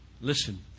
listen